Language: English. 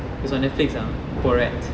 it's on netflix ah borat